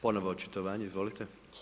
Ponovno očitovanje, izvolite.